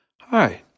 Hi